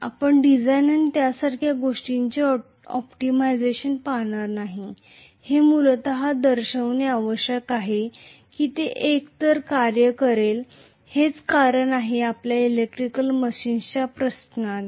आपण डिझाइन आणि त्यासारख्या गोष्टींचे ऑप्टिमायझेशन पाहणार नाही हे मूलतः दर्शविणे आवश्यक आहे की ते एकतर कार्य करेल हेच कारण आहे आपल्या इलेक्ट्रिकल मशीन्सच्या प्रश्नाचे